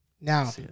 Now